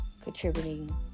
Contributing